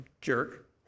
jerk